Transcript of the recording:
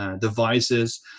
devices